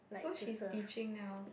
so she's teaching now